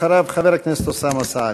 אחריו, חבר הכנסת אוסאמה סעדי.